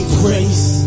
grace